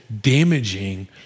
damaging